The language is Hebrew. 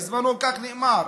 בזמנו כך נאמר,